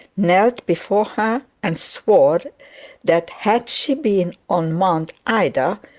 knelt before her, and swore that had she been on mount ida,